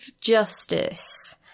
justice